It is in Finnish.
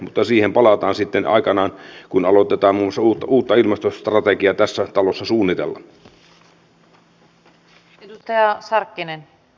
mutta siihen palataan sitten aikanaan kun aletaan muun muassa uutta ilmastostrategiaa tässä talossa suunnitella